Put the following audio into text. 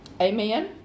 Amen